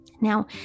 Now